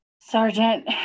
Sergeant